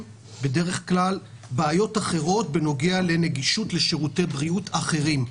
בדרך כלל בעיות אחרות בנוגע לנגישות לשירותי בריאות אחרים.